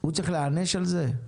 הוא צריך להיענש על זה?